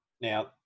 Now